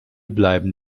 bleiben